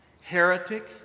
Heretic